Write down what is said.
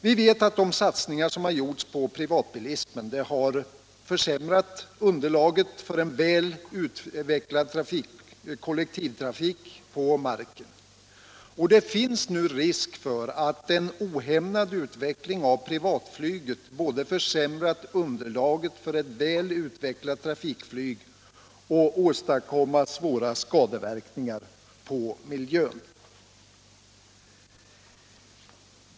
Vi vet också att de satsningar som gjorts på privatbilismen har försämrat underlaget för en väl utvecklad kollektivtrafik på marken, och det finns nu risk för att en ohämmad utveckling av privatflyget både försämrar underlaget för ett väl utvecklat trafikflyg och åstadkommer svåra skadeverkningar på miljön.